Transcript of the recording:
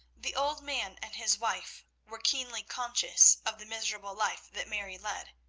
the old man and his wife were keenly conscious of the miserable life that mary led,